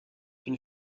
une